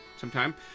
sometime